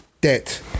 debt